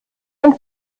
und